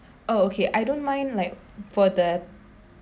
oh okay I don't mind like for the